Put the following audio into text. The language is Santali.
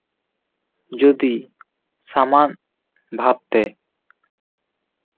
ᱡᱚᱫᱤ ᱥᱟᱢᱟᱱ ᱵᱷᱟᱵᱛᱮ